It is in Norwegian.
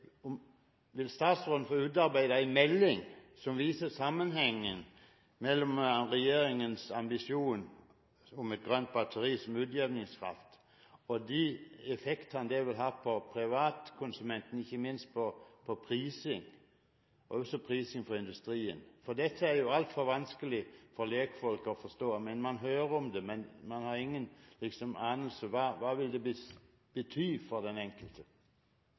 om et grønt batteri som utjevningskraft og de effektene det vil ha på privatkonsumentene, ikke minst når det gjelder prising – også for industrien? Dette er jo altfor vanskelig for lekfolk å forstå. Man hører om det, men man har ingen anelse om hva det vil bety for den enkelte.